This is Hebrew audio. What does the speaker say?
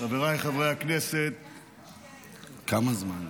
חבריי חברי הכנסת, ברשותכם,